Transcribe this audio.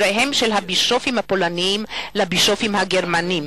במכתבם של הבישופים הפולנים לבישופים הגרמנים: